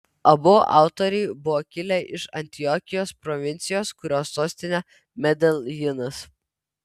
abu autoriai buvo kilę iš antiokijos provincijos kurios sostinė medeljinas